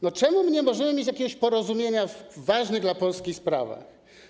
No czemu my nie możemy mieć jakiegoś porozumienia w ważnych dla Polski sprawach?